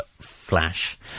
Flash